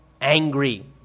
angry